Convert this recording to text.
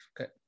okay